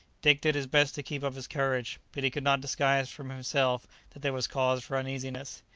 dick did his best to keep up his courage, but he could not disguise from himself that there was cause for uneasiness.